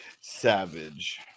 Savage